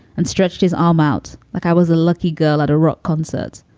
and stretched his arm out like i was a lucky girl at a rock concert.